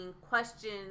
questions